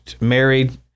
married